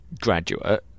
graduate